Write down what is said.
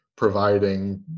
Providing